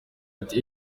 ati